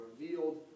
revealed